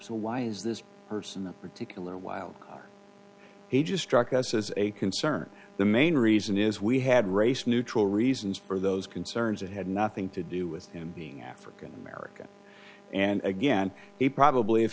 so why is this person that particular while ages struck us as a concern the main reason is we had race neutral reasons for those concerns it had nothing to do with him being african american and again he probably if